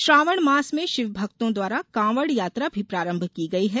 श्रावण मास में शिवभक्तों द्वारा कांवड़ यात्रा भी प्रारंभ की गई हैं